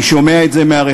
אני שומע את זה מהרחוב.